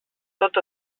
tot